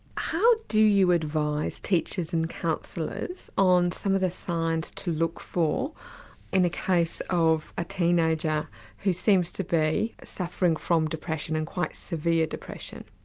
how do you advise teachers and counsellors on some of the signs to look for in a case of a teenager who seems to be suffering from depression and quite severe depression?